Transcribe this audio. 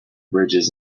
bridges